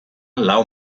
lau